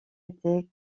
était